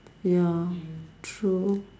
ya true